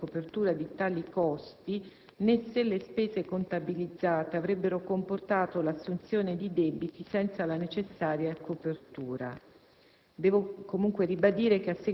verso la regione Piemonte a copertura di tali costi, né se le spese contabilizzate avrebbero comportato l'assunzione di debiti senza la necessaria copertura.